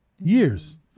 Years